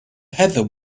heather